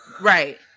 Right